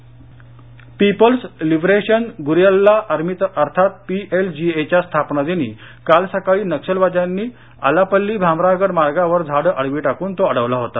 रस्ता People's Liberation Guerrilla Army अर्थात PLGA च्या स्थापना दिनी काल सकाळी नक्षलवाद्यांनी आलापल्ली भामरागड मार्गावर झाडं आडवी टाकून तो अडवला होता